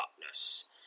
darkness